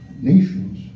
nations